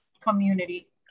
community